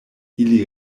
ili